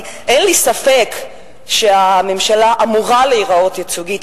אין לי ספק שהממשלה אמורה להיראות ייצוגית,